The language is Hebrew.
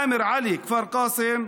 עלי עאמר, כפר קאסם,